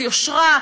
יושרה,